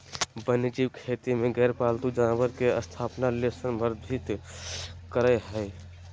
वन्यजीव खेती में गैर पालतू जानवर के स्थापना ले संदर्भित करअ हई